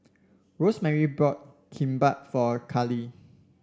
Rosemary bought Kimbap for Karly